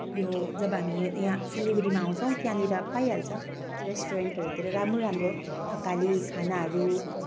यो जब हामी यहाँ सिलगढीमा आउँछौँ त्यहाँनिर पाइहाल्छौँ रेस्टुरेन्टहरू तिर राम्रो राम्रो थकाली खानाहरू